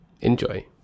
Enjoy